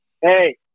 hey